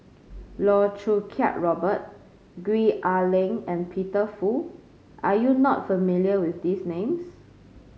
Loh Choo Kiat Robert Gwee Ah Leng and Peter Fu are you not familiar with these names